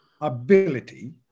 ability